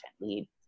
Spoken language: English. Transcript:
lead